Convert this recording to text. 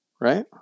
right